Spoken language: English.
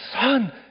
son